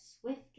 Swift